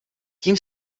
tím